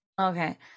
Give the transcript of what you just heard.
okay